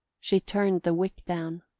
she turned the wick down,